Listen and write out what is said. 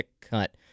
cut